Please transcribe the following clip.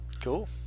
cool